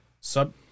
sub